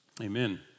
Amen